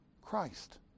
Christ